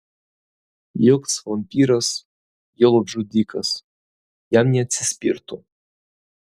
joks vampyras juolab žudikas tam neatsispirtų